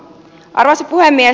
arvoisa puhemies